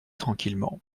tranquillement